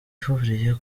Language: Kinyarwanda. ihuriye